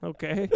Okay